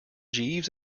jeeves